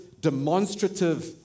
demonstrative